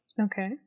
Okay